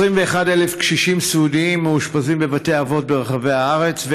21,000 קשישים סיעודיים מאושפזים בבתי האבות ברחבי הארץ,